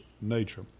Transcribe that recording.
nature